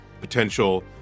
potential